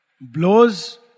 Blows